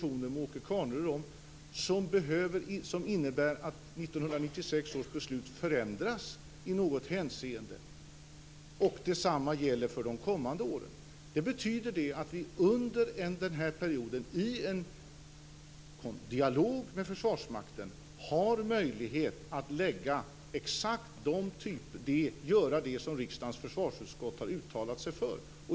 Finns det någon åtgärd som innebär att 1996 års beslut förändras i något hänseende? Det var jag inne på i diskussionen med Åke Carnerö. Det samma gäller för de kommande åren. Det betyder att vi under den här perioden, i en dialog med Försvarsmakten, har möjlighet att exakt göra det som riksdagens försvarsutskott har uttalat sig för.